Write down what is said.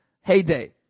heyday